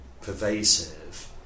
pervasive